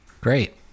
Great